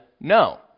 no